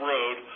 Road